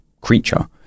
creature